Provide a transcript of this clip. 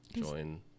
join